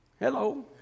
Hello